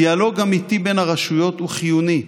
דיאלוג אמיתי בין הרשויות הוא חיוני,